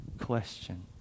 Question